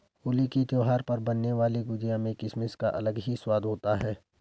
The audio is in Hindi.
होली के त्यौहार पर बनने वाली गुजिया में किसमिस का अलग ही स्वाद होता है